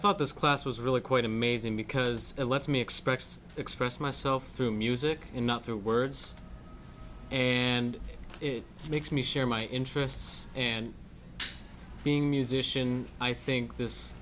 thought this class was really quite amazing because it lets me express express myself through music and not through words and it makes me share my interests and being musician i think this